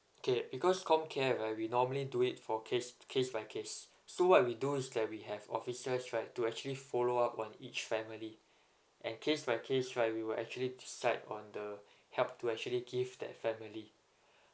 okay because comcare right we normally do it for case case by case so what we do is that we have officers right to actually follow up on each family and case by case right we will actually decide on the help to actually give that family